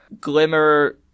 Glimmer-